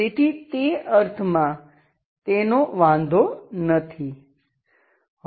તેથી તે અર્થમાં તેનો વાંધો નથી